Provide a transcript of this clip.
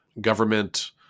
government